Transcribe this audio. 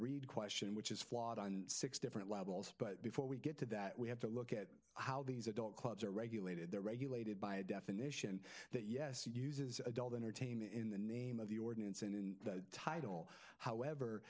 read question which is flawed on six different levels but before we get to that we have to look at how these adult clubs are regulated they're regulated by a definition that yes uses adult entertainment in the name of the ordinance and in the title however